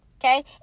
Okay